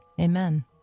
Amen